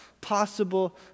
possible